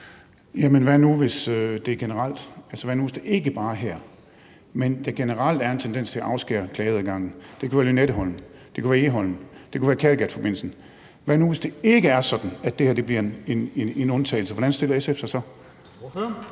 hvad nu, hvis det er generelt? Hvad nu, hvis det ikke bare er her, men der generelt er en tendens til at afskære klageadgangen? Det kunne være ved Lynetteholmen, det kunne være ved Egholm, det kunne være ved Kattegatforbindelsen. Hvad nu, hvis det ikke er sådan, at det her bliver en undtagelse – hvordan stiller SF sig så?